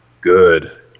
Good